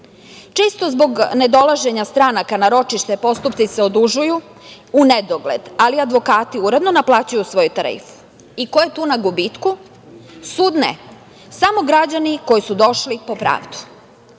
zbog nedolaženja stranaka na ročište postupci se odužuju u nedogled, ali advokati uredno naplaćuju svoje tarife i ko je tu na gubitku? Sud ne. Samo građani koji su došli po pravdu. Po